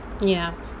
ya